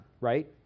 right